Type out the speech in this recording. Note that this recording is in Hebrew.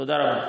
תודה רבה.